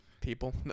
people